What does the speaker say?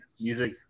music